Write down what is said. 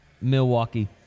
Milwaukee